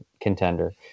contender